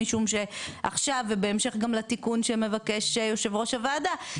משום שעכשיו ובהמשך גם לתיקון שמבקש יושב ראש הוועדה,